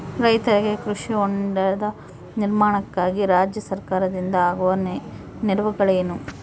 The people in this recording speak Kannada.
ರೈತರಿಗೆ ಕೃಷಿ ಹೊಂಡದ ನಿರ್ಮಾಣಕ್ಕಾಗಿ ರಾಜ್ಯ ಸರ್ಕಾರದಿಂದ ಆಗುವ ನೆರವುಗಳೇನು?